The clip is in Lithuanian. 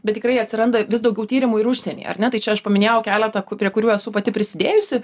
bet tikrai atsiranda vis daugiau tyrimų ir užsienyje ar ne tai čia aš paminėjau keletą ku prie kurių esu pati prisidėjusi